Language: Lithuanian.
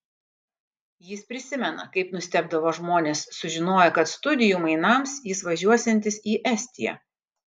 jis prisimena kaip nustebdavo žmonės sužinoję kad studijų mainams jis važiuosiantis į estiją